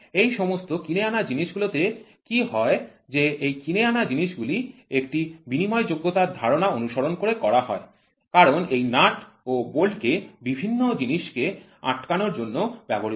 এই সমস্ত কিনে আনা জিনিসগুলোতে কি হয় যে এই কিনে আনা জিনিসগুলি একটি বিনিময়যোগ্যতার ধারণা অনুসরণ করে করা হয় কারণ এই নাট্ ও বোল্ট বিভিন্ন জিনিস কে আটকানোর জন্য ব্যবহৃত হয়